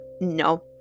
no